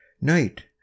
Night